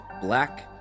black